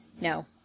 No